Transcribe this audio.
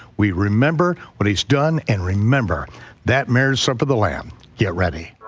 we remember what he's done and remember that marriage supper of the lamb yet ready.